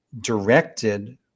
directed